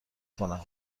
کنم